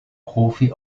profi